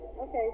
Okay